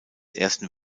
ersten